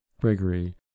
Gregory